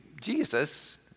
Jesus